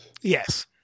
Yes